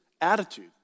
attitude